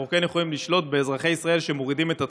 אנחנו כן יכולים לשלוט באזרחי ישראל שמורידים את התכנים.